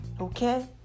Okay